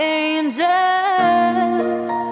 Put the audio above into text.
angels